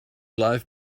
life